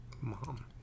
Mom